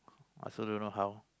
I also don't know how